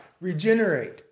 regenerate